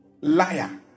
liar